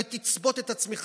תצבוט את עצמך